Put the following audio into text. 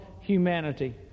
humanity